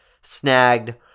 snagged